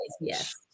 yes